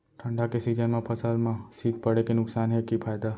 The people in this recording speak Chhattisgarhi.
ठंडा के सीजन मा फसल मा शीत पड़े के नुकसान हे कि फायदा?